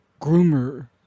groomer